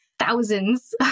thousands